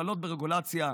הקלות ברגולציה,